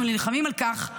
אנחנו נלחמים על כך,